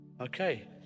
Okay